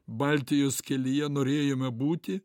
baltijos kelyje norėjome būti